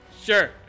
sure